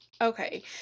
Okay